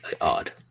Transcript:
odd